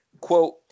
Quote